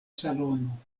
salono